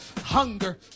Hunger